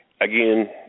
again